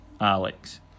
Alex